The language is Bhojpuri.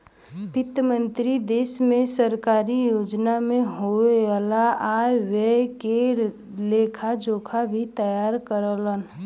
वित्त मंत्री देश में सरकारी योजना में होये वाला आय व्यय के लेखा जोखा भी तैयार करेलन